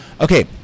Okay